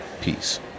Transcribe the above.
Peace